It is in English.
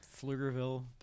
Pflugerville